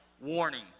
warning